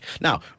Now